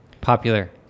popular